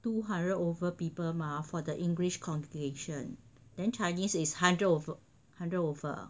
two hundred over people mah for the english congregation then chinese is hundred over hundred over